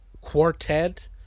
quartet